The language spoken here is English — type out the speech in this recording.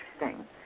interesting